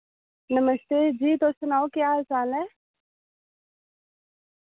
नमस्ते दीदी तुस सनाओ केह् हाल चाल ऐ